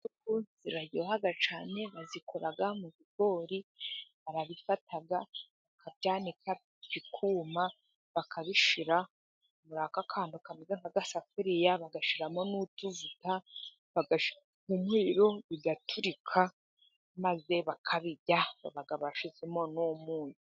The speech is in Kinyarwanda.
Injugu ziryoha cyane, bazikora mu bigori barabifata bakabyanika bikuma bakabishyira muri aka kantu kameze nki safuriya bagashyiramo n'utuvuta bigaturika maze bakabirya baba bashyizemo n'umunyu.